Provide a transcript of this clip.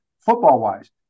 football-wise